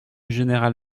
général